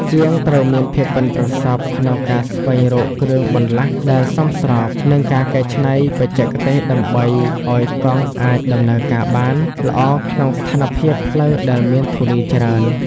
ជាងត្រូវមានភាពប៉ិនប្រសប់ក្នុងការស្វែងរកគ្រឿងបន្លាស់ដែលសមស្រប និងការកែច្នៃបច្ចេកទេសដើម្បីឱ្យកង់អាចដំណើរការបានល្អក្នុងស្ថានភាពផ្លូវដែលមានធូលីច្រើន។